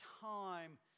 time